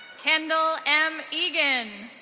kendall m egan.